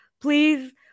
Please